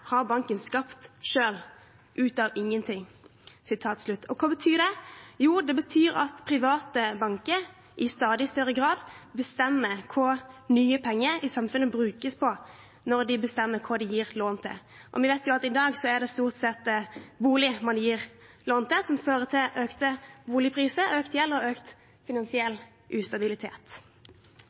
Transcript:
har den skapt selv – ut av ingenting.» Og hva betyr det? Jo, det betyr at private banker i stadig større grad bestemmer hva nye penger i samfunnet brukes på, når de bestemmer hva de gir lån til. Og vi vet jo at i dag er det stort sett bolig man gir lån til, som fører til økte boligpriser, økt gjeld og økt finansiell ustabilitet.